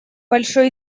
большой